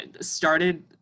started